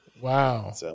Wow